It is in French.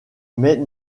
mais